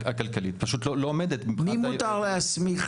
פשוט לא עומדת --- את מי מותר להסמיך,